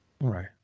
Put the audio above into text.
Right